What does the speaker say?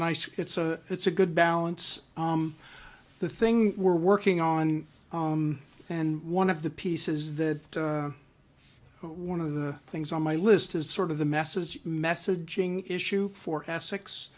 nice it's a it's a good balance the thing we're working on and one of the pieces that one of the things on my list is sort of the message messaging issue for